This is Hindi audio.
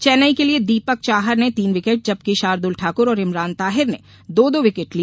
चेन्नई के लिए दीपक चाहर ने तीन विकेट जबकि शार्दुल ठाकुर और इमरान ताहिर ने दो दो विकेट लिए